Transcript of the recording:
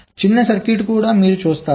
చిన్న సర్క్యూట్ కూడా మీరు చూస్తారు